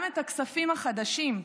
גם את הכספים החדשים,